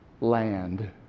land